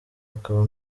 akaba